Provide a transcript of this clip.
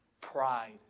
Pride